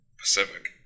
Pacific